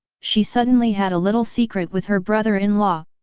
she suddenly had a little secret with her brother-in-law,